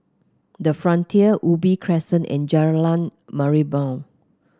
the Frontier Ubi Crescent and Jalan Merlimau